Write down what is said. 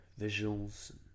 visuals